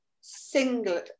single